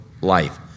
life